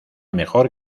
mejor